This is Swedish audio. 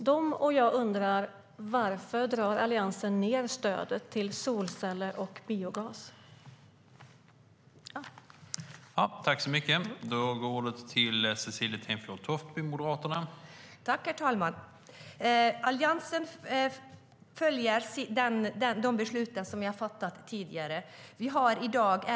De och jag undrar varför Alliansen drar ned stödet till solceller och biogas.